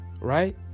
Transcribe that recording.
Right